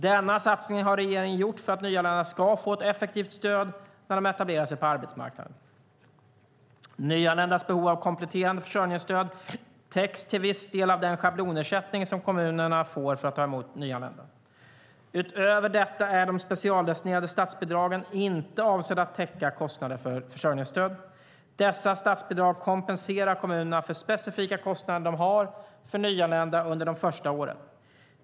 Denna satsning har regeringen gjort för att de nyanlända ska få ett effektivt stöd när de etablerar sig på arbetsmarknaden. Nyanländas behov av kompletterande försörjningsstöd täcks till viss del av den schablonersättning som kommunen får för att ta emot nyanlända. Utöver detta är de specialdestinerade statsbidragen inte avsedda att täcka kostnader för försörjningsstöd. Dessa statsbidrag kompenserar kommunerna för specifika kostnader de har för nyanlända under de första åren.